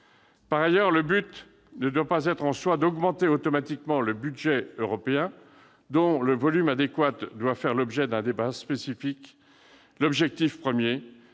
Par ailleurs, le but ne doit pas être en soi d'augmenter automatiquement le budget européen, dont le volume adéquat doit faire l'objet d'un débat spécifique. L'objectif premier